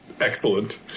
excellent